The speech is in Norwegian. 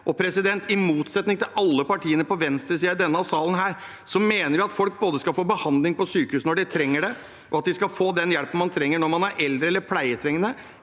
trenger det. I motsetning til alle partiene på venstresiden i denne salen her, mener vi at folk både skal få behandling på sykehus når de trenger det, og at de skal få den hjelpen de trenger når man er eldre eller pleietrengende,